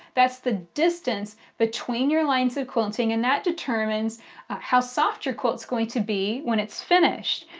that's the distance between your lines of quilting and that determines how soft your quilt's going to be when it's finished.